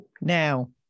now